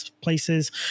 places